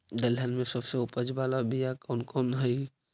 दलहन में सबसे उपज बाला बियाह कौन कौन हइ?